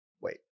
wait